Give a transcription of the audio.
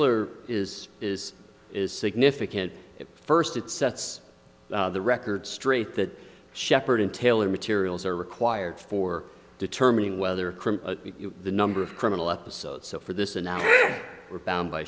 ler is is is significant first it sets the record straight that shepherd and taylor materials are required for determining whether the number of criminal episodes so for this and now we're bound by